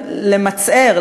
למצער,